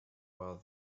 while